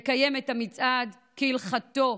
לקיים את המצעד כהלכתו.